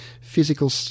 physical